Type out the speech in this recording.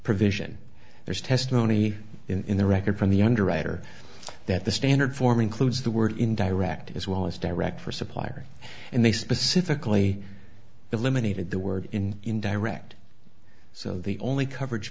provision there's testimony in the record from the underwriter that the standard form includes the word in direct as well as direct for supplier and they specifically eliminated the word in in direct so the only coverage